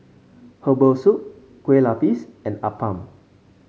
Herbal Soup Kueh Lupis and Appam